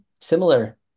similar